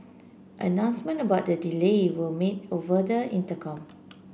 announcement about the delay were made over the intercom